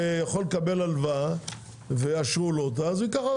שיכול לקבל הלוואה ויאשרו לו אותה, אז הוא ייקח.